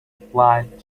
replied